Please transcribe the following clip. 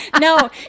No